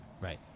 right